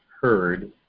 heard